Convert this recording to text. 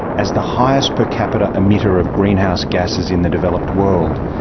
as the highest per capita emitter of greenhouse gases in the developed world,